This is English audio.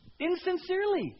insincerely